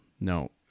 no